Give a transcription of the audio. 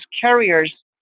carriers